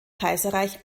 kaiserreich